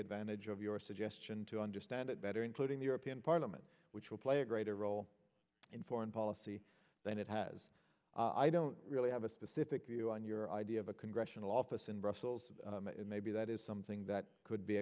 advantage of your suggestion to understand it better including the european parliament which will play a greater role in foreign policy than it has i don't really have a specific you on your idea of a congressional office in brussels maybe that is something that could be